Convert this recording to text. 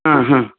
ಹಾಂ ಹಾಂ